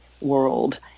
world